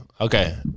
Okay